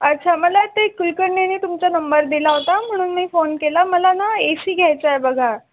अच्छा मला ते कुलकर्णीने तुमचा नंबर दिला होता म्हणून मी फोन केला मला ना ए सी घ्यायचाय बघा